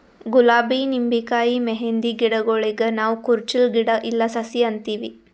ಗುಲಾಬಿ ನಿಂಬಿಕಾಯಿ ಮೆಹಂದಿ ಗಿಡಗೂಳಿಗ್ ನಾವ್ ಕುರುಚಲ್ ಗಿಡಾ ಇಲ್ಲಾ ಸಸಿ ಅಂತೀವಿ